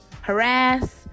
Harass